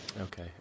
okay